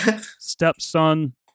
stepson